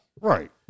Right